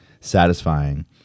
satisfying